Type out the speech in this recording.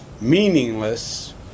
meaningless